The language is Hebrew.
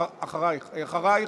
אחרייך.